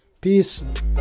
peace